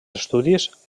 estudis